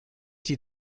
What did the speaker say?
die